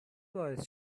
باعث